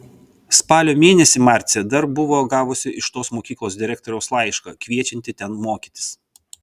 spalio mėnesį marcė dar buvo gavusi iš tos mokyklos direktoriaus laišką kviečiantį ten mokytis